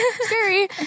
Scary